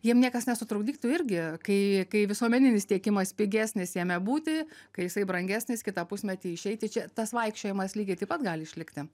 jiem niekas nesutrukdytų irgi kai kai visuomeninis tiekimas pigesnis jame būti kai jisai brangesnis kitą pusmetį išeiti čia tas vaikščiojimas lygiai taip pat gali išlikti